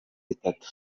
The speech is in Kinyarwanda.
bitatu